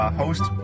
host